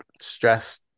stress